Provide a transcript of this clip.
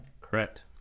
Correct